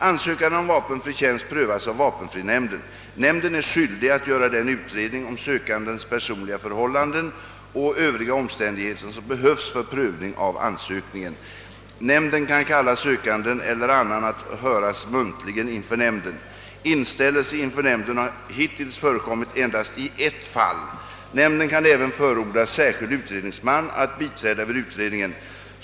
Ansökan om vapenfri tjänst prövas av vapenfrinämnden. Nämnden är skyldig att göra den utredning om sökandens persoliga förhållanden och övriga omständigheter som behövs för prövning av ansökningen. Nämnden kan kalla sökanden eller annan att höras muntligen inför nämnden. Inställelse inför nämnden har hittills förekommit endast i ett fall. Nämnden kan även förordna särskild utredningsman att biträda vid utredningen.